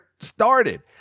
started